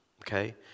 Okay